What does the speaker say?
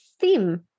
theme